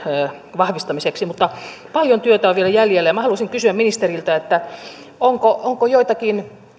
vahvistamiseksi mutta paljon työtä on vielä jäljellä minä haluaisin kysyä ministeriltä onko joitakin